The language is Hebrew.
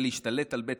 אני רק אסיים את זה.